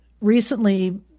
recently